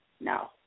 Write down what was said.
No